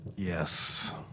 Yes